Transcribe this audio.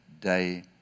day